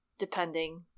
depending